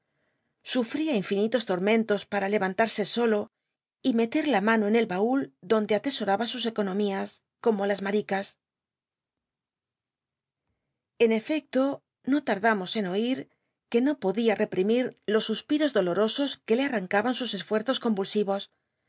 sufría infinitos lol'mcn tos para lernntarse solo y metcr in mano en el bnul donde atesoraba sus economías como las rnal'icas en efecto no tardamos en oir que no podia reprimir los suspios dolorosos juc le arrancaban sus csltei'zos conynlsivos